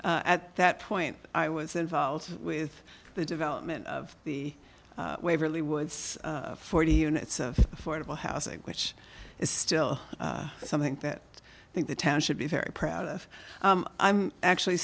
and at that point i was involved with the development of the waverly woods forty units of affordable housing which is still something that i think the town should be very proud of i'm actually